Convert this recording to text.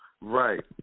Right